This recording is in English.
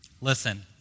Listen